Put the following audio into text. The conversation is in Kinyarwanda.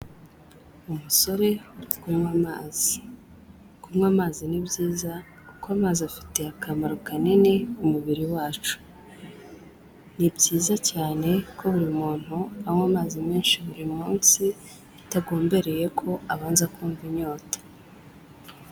Umusore uri kunywa amazi. Kunywa amazi ni byiza kuko amazi afite akamaro kanini mu mubiri wacu. Ni byiza cyane ko buri muntu anywa amazi menshi buri munsi bitagombereye ko abanza kumva inyota.